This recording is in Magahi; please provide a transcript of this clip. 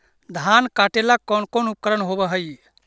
धान काटेला कौन कौन उपकरण होव हइ?